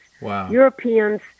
Europeans